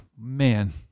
man